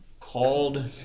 called